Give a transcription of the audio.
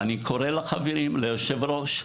לחברים וליושב הראש: